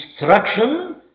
instruction